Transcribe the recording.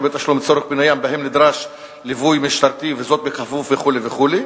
בתשלום לצורך פינויים שבהם נדרש ליווי משטרתי וזאת בכפוף" וכו' וכו'.